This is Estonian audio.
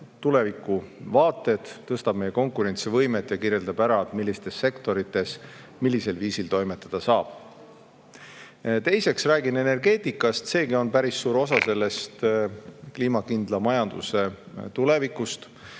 tulevikuvaated, tõstab meie konkurentsivõimet ja kirjeldab ära, millistes sektorites millisel viisil toimetada saab. Teiseks räägin energeetikast, seegi on päris suur osa kliimakindla majanduse tulevikust,